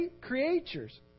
creatures